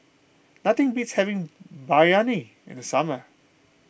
nothing beats having Biryani in the summer